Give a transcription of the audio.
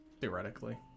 Theoretically